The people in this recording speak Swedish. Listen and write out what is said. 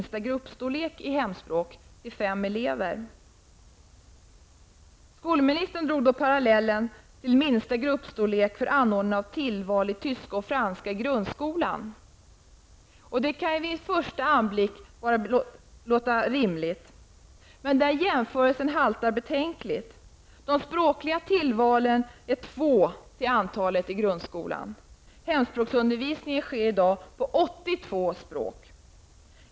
Statsrådet Göran Persson har dragit paralleller till minsta gruppstorlek för anordnande av tillval av tyska och franska i grundskolan. Det kan låta rimligt om man inte tänker efter. Men jämförelsen haltar betänkligt. De språkliga tillvalen i grundskolan är två till antalet, hemspråksundervisning sker i dag på 82 språk.